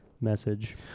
message